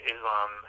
Islam